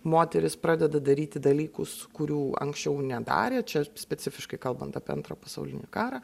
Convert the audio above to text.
moterys pradeda daryti dalykus kurių anksčiau nedarė čia specifiškai kalbant apie antrą pasaulinį karą